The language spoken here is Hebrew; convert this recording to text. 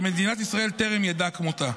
שמדינת ישראל טרם ידעה כמותה,